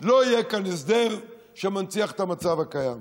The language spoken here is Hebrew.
לא יהיה כאן הסדר שמנציח את המצב הקיים,